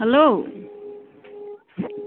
hello